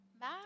Bye